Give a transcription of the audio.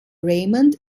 raymond